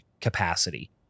capacity